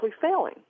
failing